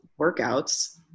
workouts